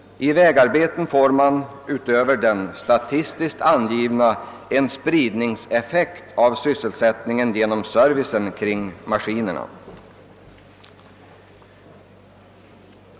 I vägarbeten får man utöver den statistiskt angivna effekten en spridningseffekt i fråga om sysselsättningen genom servicen kring maskinerna.